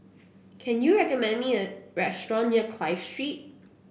can you recommend me a restaurant near Clive Street